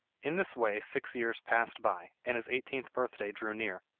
in this way six years passed by, and his eighteenth birthday drew near.